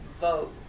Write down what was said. vote